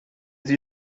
sie